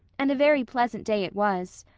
and a very pleasant day it was.